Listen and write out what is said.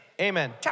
Amen